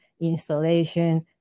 installation